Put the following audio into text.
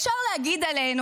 אפשר להגיד עלינו,